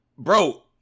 Bro